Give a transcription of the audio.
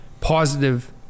positive